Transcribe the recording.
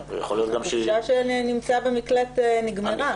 השהות שלה במקלט נסתיימה.